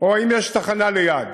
או האם יש תחנה ליד.